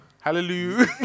hallelujah